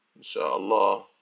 InshaAllah